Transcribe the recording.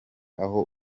aho